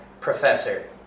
professor